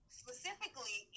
specifically